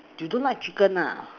you don't like chicken nah